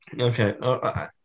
Okay